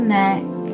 neck